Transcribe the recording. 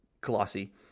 colossi